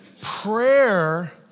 Prayer